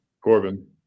Corbin